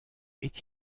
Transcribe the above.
est